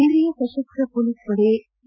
ಕೇಂದ್ರೀಯ ಸಶಸ್ತ್ವ ಪೊಲೀಸ್ ಪಡೆ ಸಿ